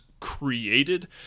created